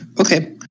Okay